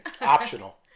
Optional